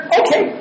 okay